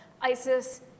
ISIS